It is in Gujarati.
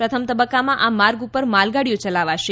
પ્રથમ તબક્કામાં આ માર્ગ ઉપર માલગાડીઓ ચલાવાશે